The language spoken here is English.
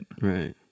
Right